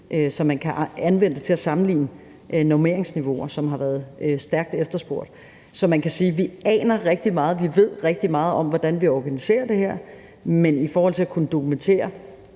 så man kan anvende det til at sammenligne normeringsniveauer, hvilket har været stærkt efterspurgt. Så man kan sige, at vi aner rigtig meget, vi ved rigtig meget om, hvordan vi organiserer det her, men at dokumentere,